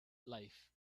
life